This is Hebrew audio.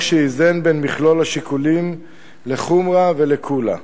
שאיזן בין מכלול השיקולים לחומרה ולקולא.